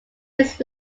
his